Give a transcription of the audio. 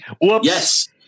Yes